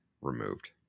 removed